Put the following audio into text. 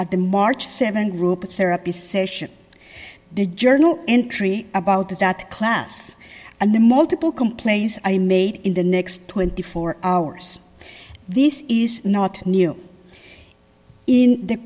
at the march th group therapy session the journal entry about that class and the multiple complaints i made in the next twenty four hours this is not new in the